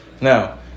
now